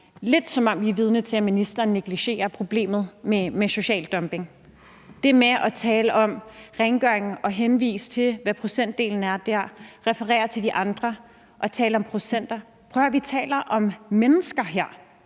lidt, som om vi er vidne til, at ministeren negligerer problemet med social dumping. Man taler om rengøring og henviser til, hvad procentdelen er der, altså man refererer til de andre og taler om procenter, men prøv at høre, vi taler om mennesker her.